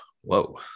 Whoa